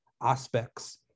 aspects